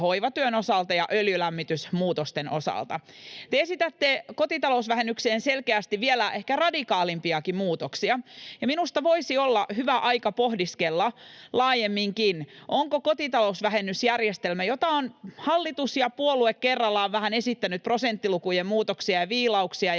hoivatyön osalta ja öljylämmitysmuutosten osalta. Te esitätte kotitalousvähennykseen selkeästi vielä ehkä radikaalimpiakin muutoksia, ja minusta voisi olla hyvä aika pohdiskella laajemminkin kotitalousvähennysjärjestelmää — johon ovat hallitus ja puolue kerrallaan esittäneet vähän prosenttilukujen muutoksia ja viilauksia ja